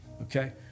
okay